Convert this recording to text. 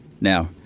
Now